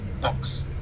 Box